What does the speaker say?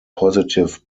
positive